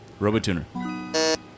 Robotuner